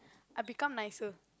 I become nicer